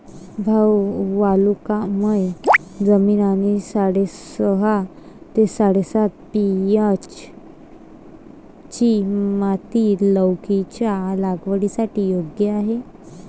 भाऊ वालुकामय जमीन आणि साडेसहा ते साडेसात पी.एच.ची माती लौकीच्या लागवडीसाठी योग्य आहे